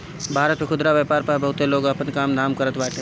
भारत में खुदरा व्यापार पअ बहुते लोग आपन काम धाम करत बाटे